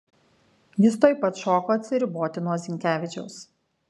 jis tuoj pat šoko atsiriboti nuo zinkevičiaus